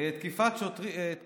חברי חבר הכנסת ינון אזולאי,